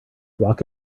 walk